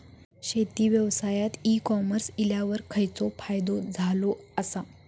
शेती व्यवसायात e commerce इल्यावर खयचो फायदो झालो आसा?